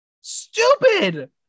stupid